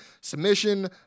submission